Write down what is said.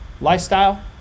Lifestyle